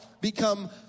become